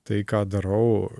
tai ką darau